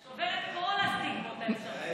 אתה שובר את כל הסטיגמות האפשריות.